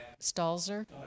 Stalzer